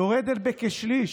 יורדת בכשליש.